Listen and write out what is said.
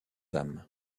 âmes